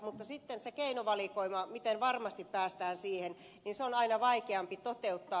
mutta sitten se keinovalikoima miten varmasti päästään siihen on aina vaikeampi toteuttaa